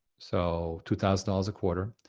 so two thousand dollars a quarter,